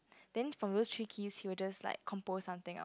then from these three keys he will just like compose something out